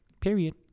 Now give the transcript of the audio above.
period